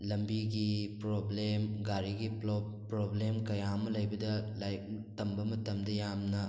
ꯂꯝꯕꯤꯒꯤ ꯄ꯭ꯔꯣꯕ꯭ꯂꯦꯝ ꯒꯥꯔꯤꯒꯤ ꯄ꯭ꯔꯣꯕ꯭ꯂꯦꯝ ꯀꯌꯥ ꯑꯃ ꯂꯩꯕꯗ ꯂꯥꯏꯔꯤꯛ ꯇꯝꯕ ꯃꯇꯝꯗ ꯌꯥꯝꯅ